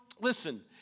listen